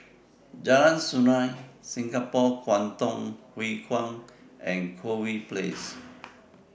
Jalan Sungei Singapore Kwangtung Hui Kuan and Corfe Place